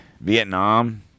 Vietnam